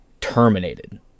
Terminated